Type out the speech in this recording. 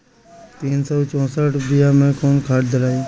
तीन सउ चउसठ बिया मे कौन खाद दलाई?